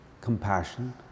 compassion